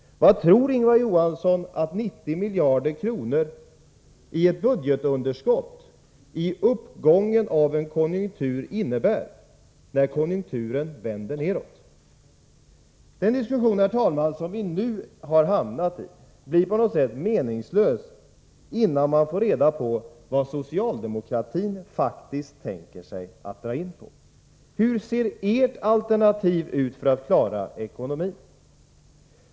Vad tror Ingvar Johansson att 90 miljarder kronor i budgetunderskott i uppgången av en konjunktur innebär när konjunkturen vänder nedåt? Den diskussion som vi nu har hamnat i, herr talman, är på något sätt meningslös, innan man får reda på vad socialdemokratin faktiskt tänker sig dra in på. Hur ser ert alternativ ut för att klara ekonomin?